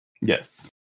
Yes